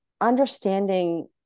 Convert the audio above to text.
understanding